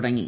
തുടങ്ങി